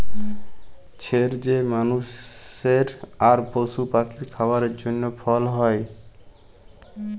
ছের যে মালুসের আর পশু পাখির খাবারের জ্যনহে ফল হ্যয়